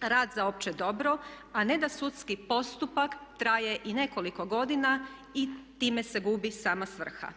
rad za opće dobro a ne da sudski postupak traje i nekoliko godina i time se gubi sama svrha.